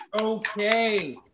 Okay